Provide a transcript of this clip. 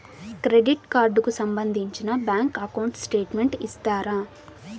Credit card కు సంబంధించిన bank account statement ఇస్తారా?